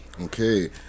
Okay